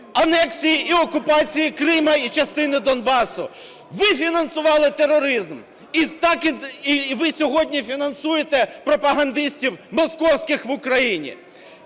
анексії і окупації Криму і частини Донбасу! Ви фінансували тероризм! І так ви сьогодні фінансуєте пропагандистів московських в Україні!